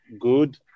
good